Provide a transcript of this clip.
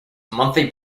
monthly